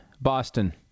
Boston